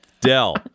Dell